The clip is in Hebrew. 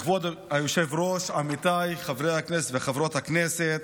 כבוד היושב-ראש, עמיתיי חברי הכנסת וחברות הכנסת,